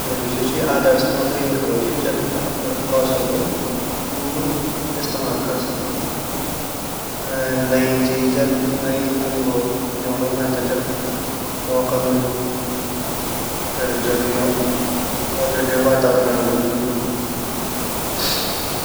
मेरी जु ची आदर्श नौकरी वख वोली जख मैं अपरा कौशलों पुरु इस्तेमाल कर सक्लु अर नयी चीज़ अर नयु अनुभव ल्योनडो जख मैते मौका मिलु अर जख योक पॉजिटिव वातवरंड वोलु।